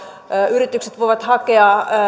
yritykset voivat hakea